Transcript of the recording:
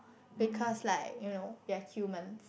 because like you know we are human